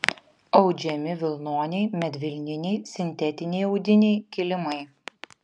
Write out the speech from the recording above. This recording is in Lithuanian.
audžiami vilnoniai medvilniniai sintetiniai audiniai kilimai